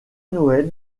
noël